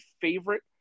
favorite